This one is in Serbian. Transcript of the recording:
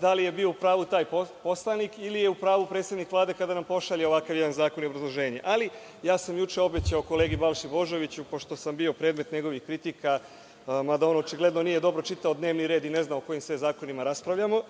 da li je bio u pravu taj poslanik ili je u pravu predsednik Vlade, kada nam pošalje ovakav jedan zakon ili obrazloženje. Juče sam obećao kolegi Balši Božoviću, pošto sam bio predmet njegovih kritika, mada on očigledno nije dobro čitao dnevni red i ne zna o kojim sve zakonima raspravljamo,